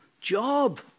job